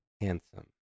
Handsome